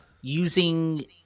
using